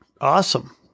Awesome